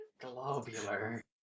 Globular